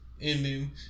Ending